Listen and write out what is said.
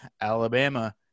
Alabama